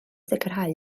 sicrhau